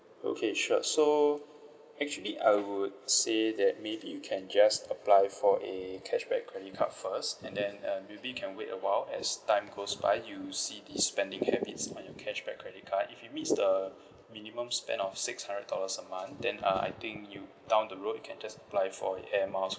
okay sure so actually I would say that maybe you can just apply for a cashback cashback credit card first and then uh maybe can wait a while as time goes by you see the spending habits on your cashback credit card if it meets the minimum spend of six hundred dollars a month then uh I think you down the road you can just apply for air miles